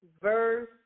verse